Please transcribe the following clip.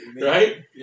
right